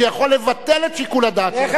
ברור.